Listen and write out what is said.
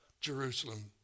Jerusalem